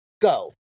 go